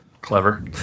Clever